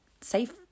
safe